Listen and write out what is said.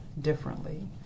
differently